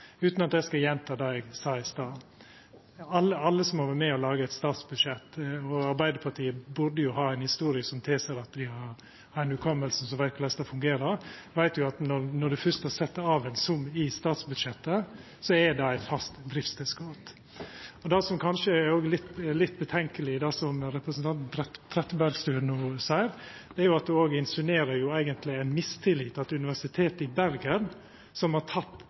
utan at eg skal gjenta det eg sa i stad. Alle som har vore med på å laga eit statsbudsjett – og Arbeidarpartiet burde ha ei historie som tilseier at dei har ein hugs som gjer at dei veit korleis det fungerer – veit at når ein fyrst har sett av ein sum i statsbudsjettet, er det eit fast driftstilskot. Det som kanskje òg gjev litt grunn til ettertanke i det representanten Trettebergstuen no seier, er at ho òg eigentleg insinuerer ein mistillit – at Universitetet i Bergen, som verkeleg har